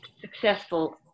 successful